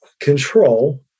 control